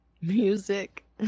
Music